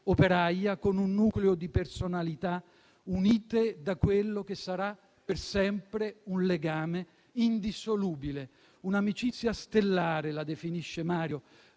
operaia», con un nucleo di personalità unite da quello che sarà per sempre un legame indissolubile, "un'amicizia stellare" la definisce Mario